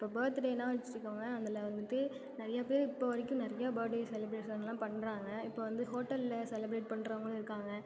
இப்போ பர்த்டேன்னு வெச்சிக்கோங்களேன் அதில் வந்துவிட்டு நிறையா பேர் இப்போ வரைக்கும் நிறையா பர்டே செலிப்ரேஷன்லாம் பண்ணுறாங்க இப்போ வந்து ஹோட்டலில் செலிப்ரெட் பண்ணுறவங்களும் இருக்காங்க